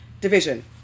division